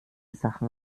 sachen